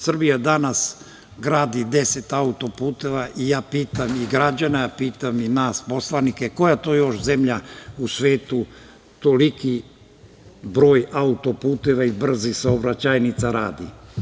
Srbija danas gradi 10 autoputeva i ja pitam i građane, a pitam i nas poslanike koja to još zemlja u svetu toliki broj autoputeva i brzih saobraćajnica radi?